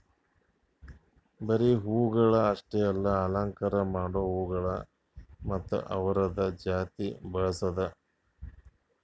ಬರೀ ಹೂವುಗೊಳ್ ಅಷ್ಟೆ ಅಲ್ಲಾ ಅಲಂಕಾರ ಮಾಡೋ ಹೂಗೊಳ್ ಮತ್ತ ಅವ್ದುರದ್ ಜಾತಿ ಬೆಳಸದ್